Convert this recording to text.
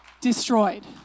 destroyed